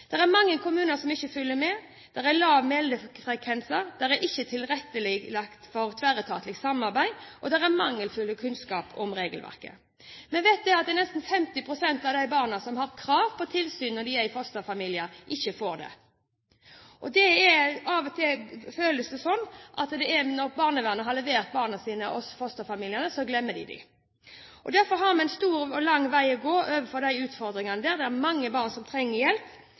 er mange kommuner som ikke følger med, det er lave meldefrekvenser, det er ikke tilrettelagt for tverretatlig samarbeid, og det er mangelfulle kunnskaper om regelverket. Vi vet at nesten 50 pst. av de barna som har krav på tilsyn når de er i fosterfamilier, ikke får det. Av og til føles det som at når barnevernet har levert barna til fosterfamiliene, så glemmer de dem. Derfor har vi en lang vei å gå når det gjelder de utfordringene. Det er mange barn som trenger hjelp,